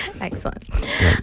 Excellent